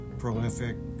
prolific